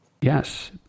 Yes